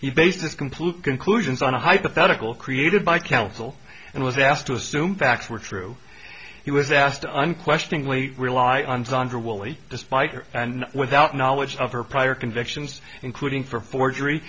he based his complete conclusions on a hypothetical created by council and was asked to assume facts were true he was asked unquestioningly rely on zonder woolley despite her and without knowledge of her prior convictions including for forgery